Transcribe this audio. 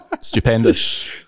stupendous